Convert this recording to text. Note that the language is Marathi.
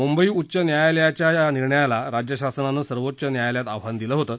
मुंबई उच्च न्यायालयाच्या निर्णयाला राज्यशासनानं सर्वोच्च न्यायालयात आव्हान दिलं होतं